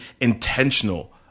intentional